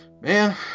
man